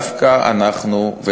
דווקא אנחנו,